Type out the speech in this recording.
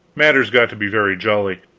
matters got to be very jolly.